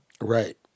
right